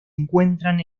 encuentran